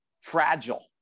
Fragile